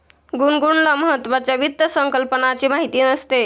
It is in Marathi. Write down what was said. गुनगुनला महत्त्वाच्या वित्त संकल्पनांची माहिती नसते